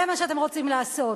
זה מה שאתם רוצים לעשות,